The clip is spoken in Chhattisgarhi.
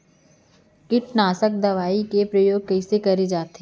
कीटनाशक दवई के प्रयोग कइसे करे जाथे?